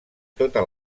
tota